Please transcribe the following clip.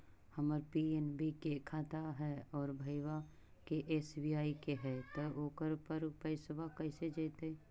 हमर पी.एन.बी के खाता है और भईवा के एस.बी.आई के है त ओकर पर पैसबा कैसे जइतै?